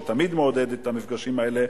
שתמיד מעודד את המפגשים האלה,